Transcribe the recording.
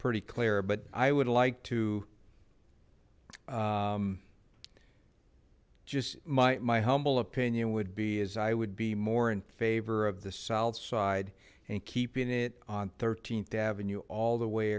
pretty clear but i would like to just my humble opinion would be as i would be more in favor of the south side and keeping it on th avenue all the way